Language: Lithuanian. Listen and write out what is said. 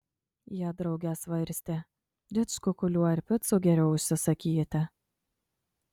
jie drauge svarstė didžkukulių ar picų geriau užsisakyti